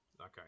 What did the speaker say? Okay